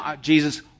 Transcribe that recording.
Jesus